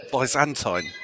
Byzantine